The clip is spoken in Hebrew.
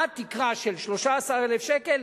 עד תקרה של 13,000 שקל.